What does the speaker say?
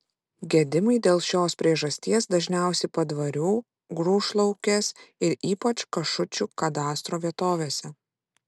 gedimai dėl šios priežasties dažniausi padvarių grūšlaukės ir ypač kašučių kadastro vietovėse